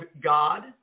God